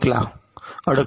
ला अडकले